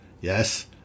Yes